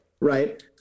right